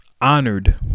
honored